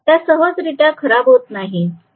त्या सहजरीत्या खराब होत नाहीत